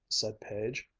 said page,